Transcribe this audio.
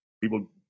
People